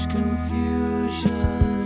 confusion